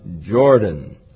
Jordan